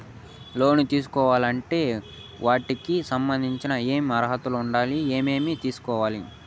లోను తీసుకోవాలి అంటే వాటికి సంబంధించి ఏమి అర్హత ఉండాలి, ఏమేమి తీసుకురావాలి